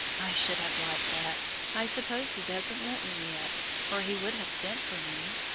i should have liked that. i suppose he doesn't want me yet, or he would have sent for me.